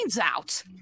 out